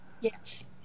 yes